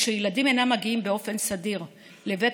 כשילדים אינם מגיעים באופן סדיר לבית